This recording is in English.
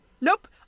Nope